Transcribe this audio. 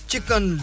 Chicken